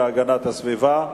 פנים והגנת הסביבה.